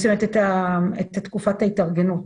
זאת אומרת תקופת ההתארגנות.